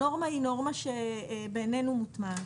הנורמה הוטמעה.